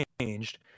changed